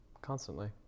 Constantly